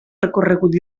recorregut